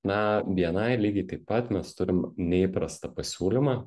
na bni lygiai taip pat mes turim neįprastą pasiūlymą